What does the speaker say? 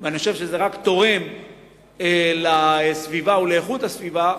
אני חושב שזה רק תורם לסביבה ולאיכות הסביבה.